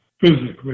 physically